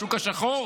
בשוק השחור.